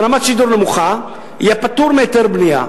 עם רמת שידור נמוכה יהיה פטור מהיתר בנייה.